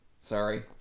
Sorry